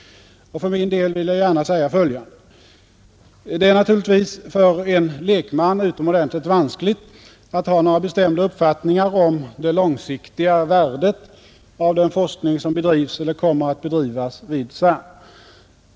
För min del vill jag säga följande. Det är naturligtvis för en lekman utomordentligt vanskligt att ha några bestämda uppfattningar om det mer långsiktiga värdet av den forskning som bedrivs eller kommer att bedrivas vid CERN.